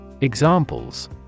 Examples